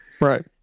Right